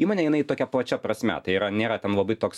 įmonė jinai tokia plačia prasme tai yra nėra ten labai toks